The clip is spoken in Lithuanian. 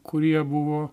kurie buvo